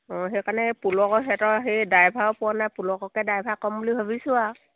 অঁ সেইকাৰণে পুলকৰ সিহঁতৰ সেই ড্ৰাইভাৰো পোৱা নাই পুলককে ড্ৰাইভাৰ ক'ম বুলি ভাবিছো আৰু